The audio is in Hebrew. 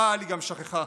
אבל היא גם שכחה,